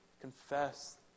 confess